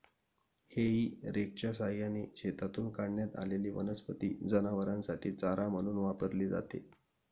हेई रेकच्या सहाय्याने शेतातून काढण्यात आलेली वनस्पती जनावरांसाठी चारा म्हणून वापरली जाते